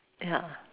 ya